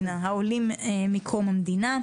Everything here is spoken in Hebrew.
העולים מקום המדינה.